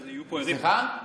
סליחה?